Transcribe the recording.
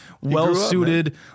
well-suited